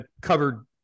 covered